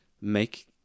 make